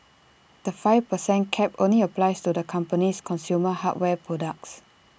the five per cent cap only applies to the company's consumer hardware products